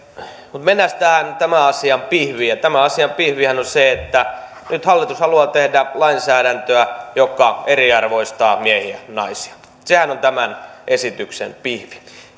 mennäänpäs tähän tämän asian pihviin ja tämän asian pihvihän on se että nyt hallitus haluaa tehdä lainsäädäntöä joka eriarvoistaa miehiä ja naisia sehän on tämän esityksen pihvi